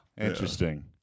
Interesting